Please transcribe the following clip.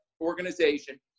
organization